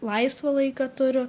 laisvą laiką turiu